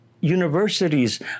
universities